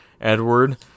Edward